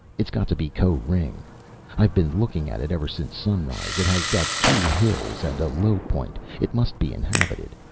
it's got to be koh-ring. i've been looking at it ever since sunrise. it has got two hills and a low point. it must be inhabited.